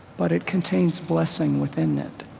but it contains blessing within it.